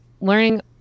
learning